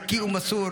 ערכי ומסור,